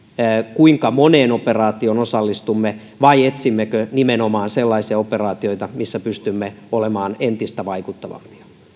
kuinka moneen operaatioon osallistumme vai etsimmekö nimenomaan sellaisia operaatioita missä pystymme olemaan entistä vaikuttavampia